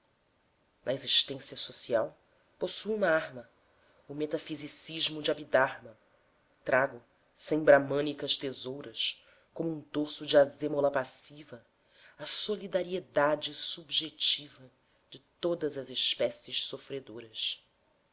na existência social possuo uma arma o metafisicismo de abidarma e trago sem bramânicas tesouras como um dorso de azêmola passiva a solidariedade subjetiva de todas as espécies sofredoras